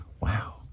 Wow